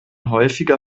häufiger